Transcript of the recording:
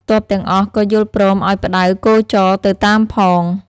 ទ័ពទាំងអស់ក៏យល់ព្រមឱ្យផ្ដៅគោចរទៅតាមផង ។